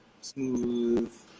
smooth